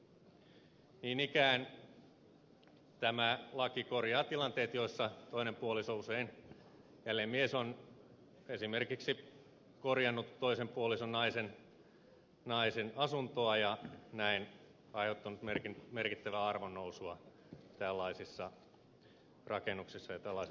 niin ikään tämä laki korjaa tilanteet joissa toinen puoliso usein jälleen mies on esimerkiksi korjannut toisen puolison naisen asuntoa ja näin aiheuttanut tällaisen rakennuksen ja tällaisen omaisuuden merkittävää arvonnousua